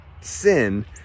Sin